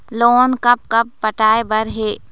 Loan कब कब पटाए बर हे?